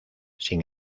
sin